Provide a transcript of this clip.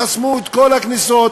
חסמו את כל הכניסות,